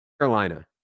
Carolina